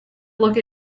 look